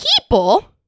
people